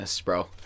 bro